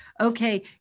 okay